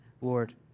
Lord